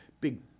big